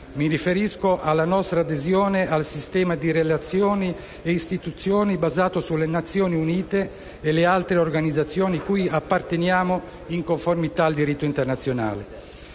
Mi riferisco alla nostra adesione al sistema di relazioni e istituzioni basato sulle Nazioni Unite e le altre organizzazioni cui apparteniamo in conformità al diritto internazionale,